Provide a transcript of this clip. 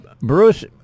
Bruce